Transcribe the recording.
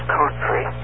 country